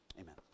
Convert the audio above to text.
amen